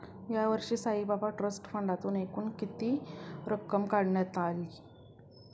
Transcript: यावर्षी साईबाबा ट्रस्ट फंडातून एकूण किती रक्कम काढण्यात आली?